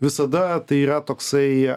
visada tai yra toksai